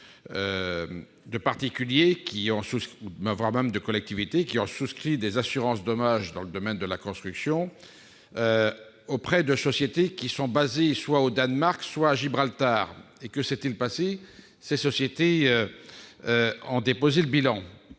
de particuliers, voire de collectivités, ont souscrit des assurances dommages dans le domaine de la construction auprès de sociétés basées soit au Danemark soit à Gibraltar. Que s'est-il passé ? Ces sociétés ont déposé le bilan,